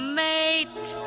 mate